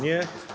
Nie.